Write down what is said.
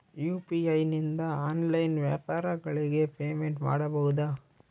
UPI ನಿಂದ online ವ್ಯಾಪಾರಗಳಿಗೆ payment ಮಾಡಬಹುದಾ?